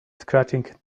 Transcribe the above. scratching